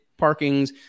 parkings